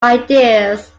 ideas